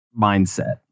mindset